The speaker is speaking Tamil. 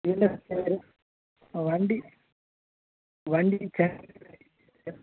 என்ன கோளாறு ஆ வண்டி வண்டி கண்டிஷன் சார்